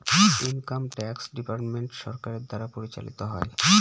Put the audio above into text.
income tax department সরকারের দ্বারা পরিচালিত হয়